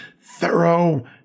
thorough